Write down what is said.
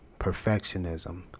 perfectionism